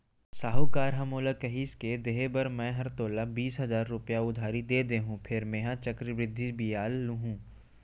साहूकार ह मोला कहिस के देहे बर मैं हर तोला बीस हजार रूपया उधारी दे देहॅूं फेर मेंहा चक्रबृद्धि बियाल लुहूं